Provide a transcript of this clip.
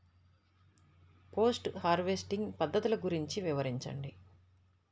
Post harvesting పద్ధతులు గురించి వివరించండి?